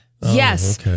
Yes